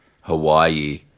hawaii